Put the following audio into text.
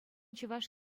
чӑваш